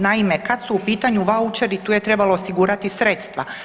Naime, kad su u pitanju vaučeri tu je trebalo osigurati sredstva.